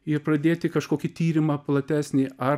ir pradėti kažkokį tyrimą platesnį ar